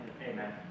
Amen